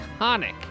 iconic